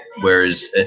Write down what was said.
Whereas